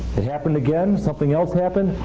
it happened again, something else happened,